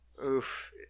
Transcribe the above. Oof